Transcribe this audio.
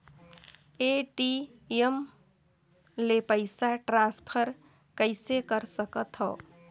ATM ले पईसा transfer कइसे कर सकथव?